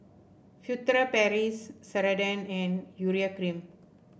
Furtere Paris Ceradan and Urea Cream